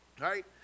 right